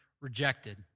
rejected